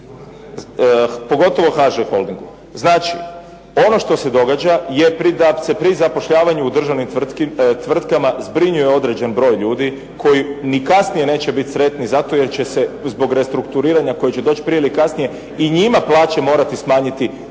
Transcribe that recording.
pogotovo HŽ holdingu. Znači, ono što se događa je da se pri zapošljavanju u državnim tvrtkama zbrinjava određeni broj ljudi koji ni kasnije neće biti sretni zato jer će se zbog restrukturiranja koje će doći prije ili kasnije i nama plaće morati smanjiti